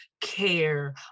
care